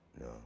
no